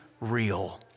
real